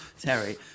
terry